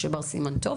משה בר סימן טוב,